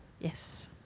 Yes